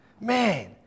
Man